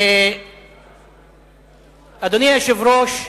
אדוני היושב-ראש,